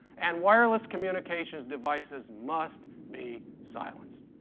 and wireless communication devices must be silenced.